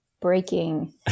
breaking